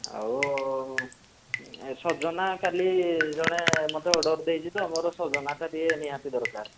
ଆଉ ସଜନା କାଲି ଜଣେ ମୋତେ ଅର୍ଡ଼ର୍ ଦେଇଛି ତ ମୋର ସଜନାଟା ଟିକେ ନିହାତି ଦରକାର